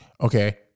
Okay